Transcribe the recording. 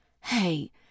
Hey